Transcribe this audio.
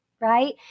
right